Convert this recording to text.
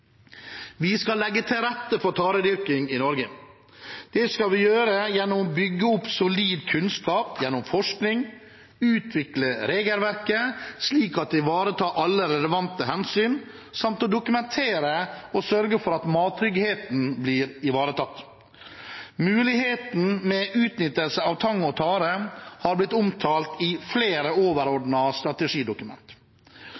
vi er godt i gang. Vi skal legge til rette for taredyrking i Norge. Det skal vi gjøre ved å bygge opp solid kunnskap gjennom forskning, utvikle regelverket slik at det ivaretar alle relevante hensyn, samt dokumentere og sørge for at mattryggheten blir ivaretatt. Mulighetene for utnyttelse av tang og tare har blitt omtalt i flere